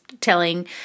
telling